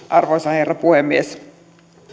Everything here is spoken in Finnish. arvoisa herra puhemies